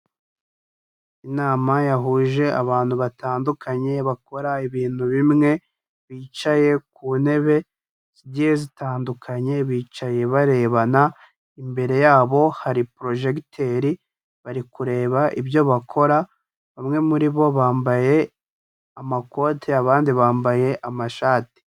Inama yahuje abantu batandukanye bakora ibintu bimwe bicaye ku ntebe zigiye zitandukanye bicaye barebana, imbere yabo hari porojegiteri bari kureba ibyo bakora, bamwe muri bo bambaye amakote abandi bambaye amashati.